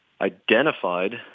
identified